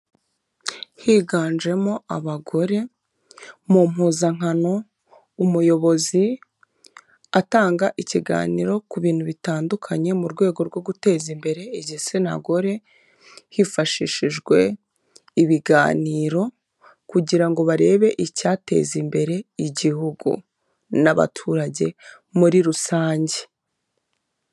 Higanjemo abagore mu mpuzankano, umuyobozi atanga ikiganiro ku bintu bitandukanye mu rwego rwo guteza imbere igitsina gore hifashishijwe ibiganiro kugira ngo barebe icyateza imbere igihugu n'abaturage muri rusange.